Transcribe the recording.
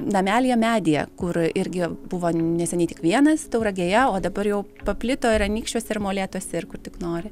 namelyje medyje kur irgi buvo neseniai tik vienas tauragėje o dabar jau paplito ir anykščiuose ir molėtuose ir kur tik nori